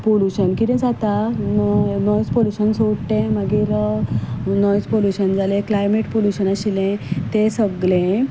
pollution कितें जाता noise pollution सोड तें मागीर नॉयझ पॉल्युशन जालें क्लायमेट पॉल्युशन आशिल्लें तें सगळें